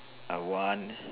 I want